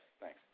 Thanks